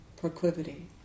proclivity